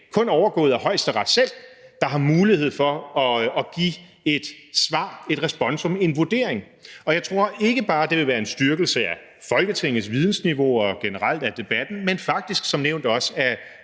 kun overgået af Højesteret selv, der har mulighed for at give et svar, et responsum, en vurdering. Og jeg tror ikke bare, at det vil være en styrkelse af Folketingets vidensniveau og generelt af debatten, men faktisk som nævnt også af